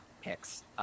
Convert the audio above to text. picks